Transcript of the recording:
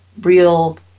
real